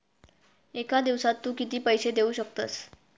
एका दिवसात तू किती पैसे देऊ शकतस?